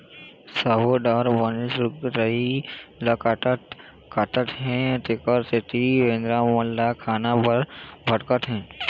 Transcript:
सब्बो डहर बनेच रूख राई ल काटत हे तेखर सेती बेंदरा मन ह खाना बर भटकत हे